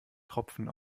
tropfen